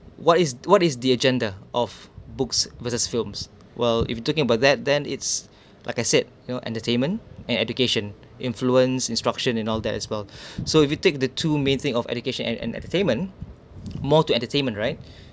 what is what is the agenda of books versus films well if you talking about that then it's like I said you know entertainment and education influence instruction and all that as well so if you take the two main thing of education and entertainment more to entertainment right